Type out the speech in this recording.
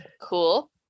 Cool